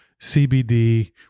CBD